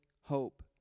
hope